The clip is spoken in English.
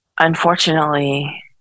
Unfortunately